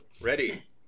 Ready